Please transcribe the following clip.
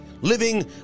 Living